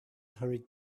hurried